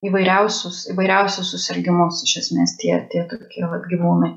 įvairiausius įvairiausius susirgimus iš esmės tie tie tokie vat gyvūnai